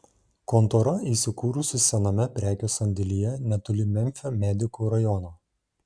kontora įsikūrusi sename prekių sandėlyje netoli memfio medikų rajono